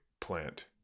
plant